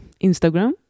Instagram